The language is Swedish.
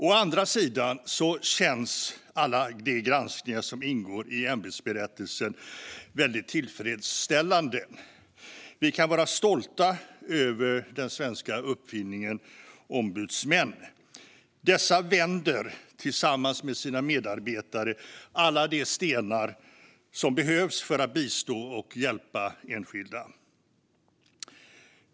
Å andra sidan känns alla de granskningar som ingår i ämbetsberättelsen väldigt tillfredsställande. Vi kan vara stolta över den svenska uppfinningen ombudsmän. Dessa vänder, tillsammans med sina medarbetare, på alla de stenar som behövs för att bistå och hjälpa enskilda.